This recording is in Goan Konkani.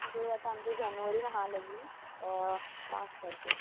डेट आतां आमची जानेवरीन आहा लगीन पांच तारखेक